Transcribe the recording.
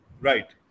Right